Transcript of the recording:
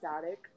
static